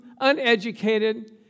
uneducated